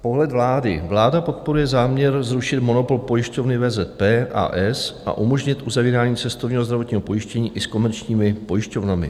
Pohled vlády: vláda podporuje záměr zrušit monopol pojišťovny VZP, a. s., a umožnit uzavírání cestovního zdravotního pojištění i s komerčními pojišťovnami.